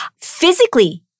Physically